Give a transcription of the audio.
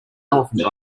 elephant